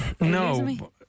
no